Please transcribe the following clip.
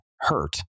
hurt